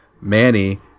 manny